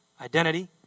identity